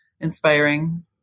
inspiring